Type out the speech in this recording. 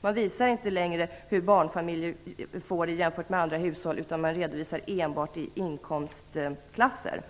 Man visar inte längre hur barnfamiljer får det jämfört med andra hushåll, utan man redovisar enbart i inkomstklasser.